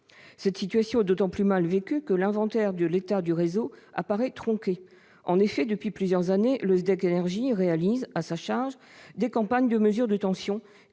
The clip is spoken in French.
Cette situation est d'autant plus mal vécue que l'inventaire de l'état du réseau apparaît tronqué. En effet, depuis plusieurs années, le SDEC Énergie réalise à sa charge des campagnes de mesure de tension